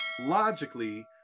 logically